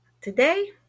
Today